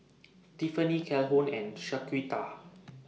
Tiffanie Calhoun and Shaquita